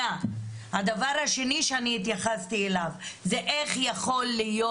הדבר השני שאני התייחסתי אליו זה איך יכול להיות,